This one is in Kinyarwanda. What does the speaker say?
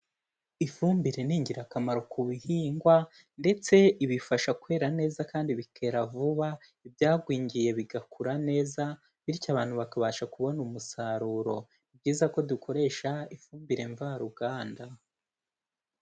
Ifumbire ni ingirakamaro ku bihingwa ndetse ibifasha kwera neza kandi bikera vuba, ibyagwingiye bigakura neza bityo abantu bakabasha kubona umusaruro, ni byiza ko dukoresha ifumbire mvaruganda.